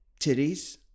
titties